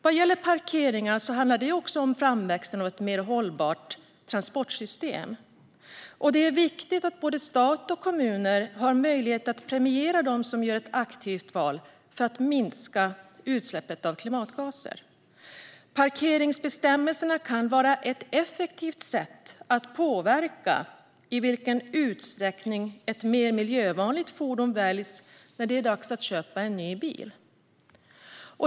Vad gäller parkeringar handlar det också om framväxten av ett mer hållbart transportsystem. Det är viktigt att både stat och kommuner har möjlighet att premiera dem som gör ett aktivt val för att minska utsläppen av klimatgaser. Parkeringsbestämmelser kan vara ett effektivt sätt att påverka i vilken utsträckning ett mer miljövänligt fordon väljs när det är dags att köpa en ny bil.